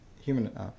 human